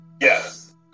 Yes